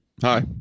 Hi